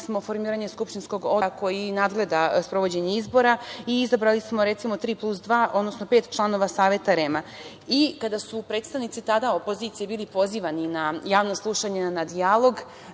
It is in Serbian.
formiranje skupštinskog odbora koji nadgleda sprovođenje izbora i izabrali smo tri plus dva, odnosno pet članova Saveta REM-a. Kada su tada predstavnici opozicije bili pozivani na javno slušanje, na dijalog,